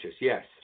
yes